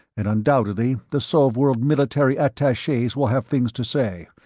and undoubtedly the sov-world military attaches will have things to say.